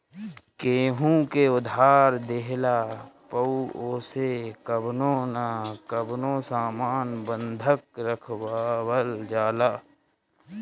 केहू के उधार देहला पअ ओसे कवनो न कवनो सामान बंधक रखवावल जाला